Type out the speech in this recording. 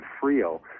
Frio